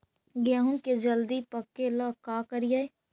गेहूं के जल्दी पके ल का करियै?